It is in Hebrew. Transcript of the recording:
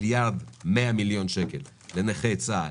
מיליארד ומאה מיליון שקל לנכי צה"ל,